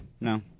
no